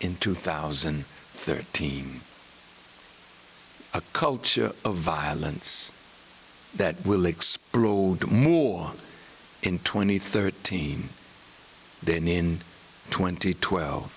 in two thousand and thirteen a culture of violence that will explode more in twenty thirteen than in twenty twelve